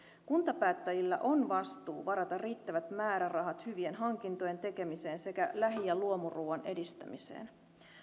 kuntapäättäjillä on vastuu varata riittävät määrärahat hyvien hankintojen tekemiseen sekä lähi ja luomuruuan edistämiseen